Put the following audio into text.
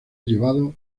llevado